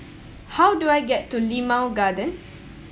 how do I get to Limau Garden